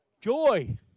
Joy